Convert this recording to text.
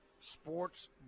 sports